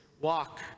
walk